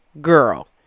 girl